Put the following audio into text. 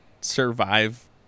survive